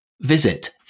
Visit